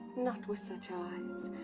not with such eyes.